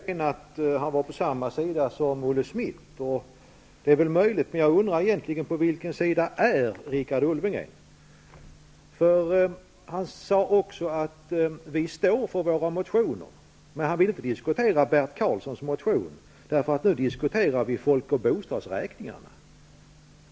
Herr talman! För några minuter sedan sade Richard Ulfvengren att han var på samma sida som Olle Schmidt. Det är möjligt, men jag undrar: På vilken sida är Richard Ulfvengren? Han sade också att ''vi står för våra motioner'', men han ville inte diskutera Bert Karlssons motion, därför att ''nu diskuterar vi folk och bostadsräkningarna''.